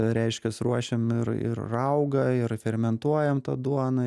reiškias ruošiam ir ir raugą ir fermentuojam tą duoną